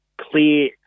clear